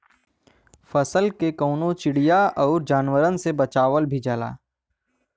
फसल के कउनो चिड़िया आउर जानवरन से बचावल भी जाला